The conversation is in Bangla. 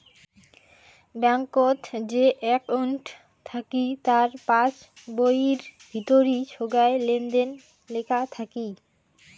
ব্যাঙ্কত যে একউন্ট থাকি তার পাস বইয়ির ভিতরি সোগায় লেনদেন লেখা থাকি